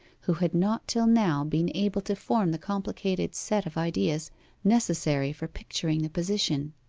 who had not till now been able to form the complicated set of ideas necessary for picturing the position.